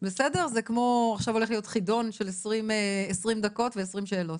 זה הולך עכשיו להיות חידון של 20 דקות ו-20 שאלות.